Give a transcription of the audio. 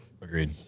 Agreed